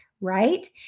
right